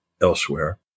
elsewhere